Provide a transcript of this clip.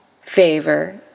favor